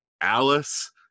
Alice